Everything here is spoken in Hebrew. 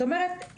זאת אומרת,